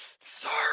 Sorry